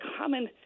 common